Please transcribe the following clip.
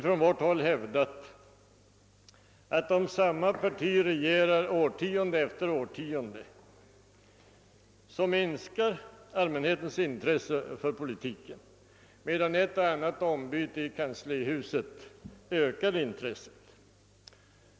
Från vårt håll har vi hävdat att om samma parti regerar årtionde efter årtionde minskar allmänhetens intresse för politiken, medan däremot ett och annat ombyte i kanslihuset ökar intresset.